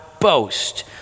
boast